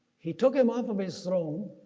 he took him off of his throne,